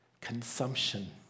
consumption